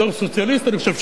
בתור סוציאליסט אני חושב,